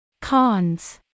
Cons